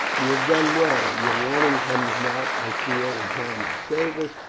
you have done well. your warning comes not, i fear, in time to save us,